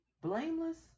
blameless